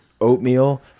oatmeal